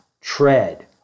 tread